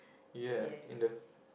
ya in the